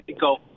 Go